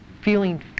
feeling